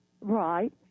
Right